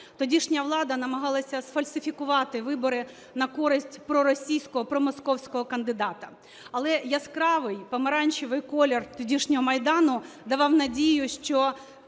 Тодішня влада намагалася сфальсифікувати вибори на користь проросійського, промосковського кандидата. Але яскравий помаранчевий колір тодішнього Майдану давав надію, що